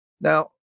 Now